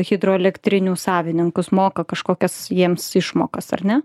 hidroelektrinių savininkus moka kažkokias jiems išmokas ar ne